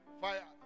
fire